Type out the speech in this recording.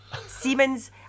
Siemens